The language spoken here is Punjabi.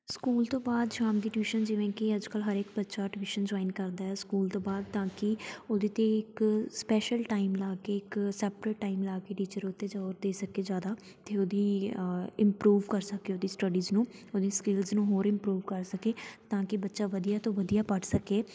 ਸਕੂਲ ਤੋਂ ਬਾਅਦ ਸ਼ਾਮ ਦੀ ਟਿਊਸ਼ਨ ਜਿਵੇਂ ਕਿ ਅੱਜ ਕੱਲ੍ਹ ਹਰ ਇੱਕ ਬੱਚਾ ਟਿਊਸ਼ਨ ਜੋਇਨ ਕਰਦਾ ਹੈ ਸਕੂਲ ਤੋਂ ਬਾਅਦ ਤਾਂ ਕਿ ਉਹਦੇ 'ਤੇ ਇੱਕ ਸਪੈਸ਼ਲ ਟਾਈਮ ਲਾ ਕੇ ਇੱਕ ਸੈਪਰੇਟ ਟਾਈਮ ਲਾ ਕੇ ਟੀਚਰ ਉਹਦੇ 'ਤੇ ਜ਼ੋਰ ਦੇ ਸਕੇ ਜ਼ਿਆਦਾ ਅਤੇ ਉਹਦੀ ਇਮਪਰੂਵ ਕਰ ਸਕੇ ਉਹਦੀ ਸਟੱਡੀਜ਼ ਨੂੰ ਉਹਦੀ ਸਕਿੱਲਸ ਨੂੰ ਹੋਰ ਇਮਪਰੂਵ ਕਰ ਸਕੇ ਤਾਂ ਕਿ ਬੱਚਾ ਵਧੀਆ ਤੋਂ ਵਧੀਆ ਪੜ੍ਹ ਸਕੇ